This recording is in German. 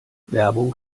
werbung